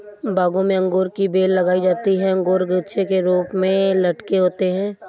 बागों में अंगूर की बेल लगाई जाती है अंगूर गुच्छे के रूप में लटके होते हैं